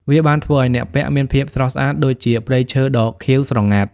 វាបានធ្វើឱ្យអ្នកពាក់មានភាពស្រស់ស្អាតដូចជាព្រៃឈើដ៏ខៀវស្រងាត់។